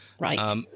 Right